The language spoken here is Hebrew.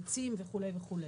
עצים וכו' וכו'.